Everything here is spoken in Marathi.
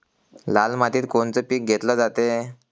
लाल मातीत कोनचं पीक घेतलं जाते?